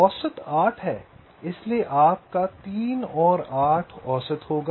औसत 8 है इसलिए आपका 3 8 औसत होगा